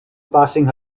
passing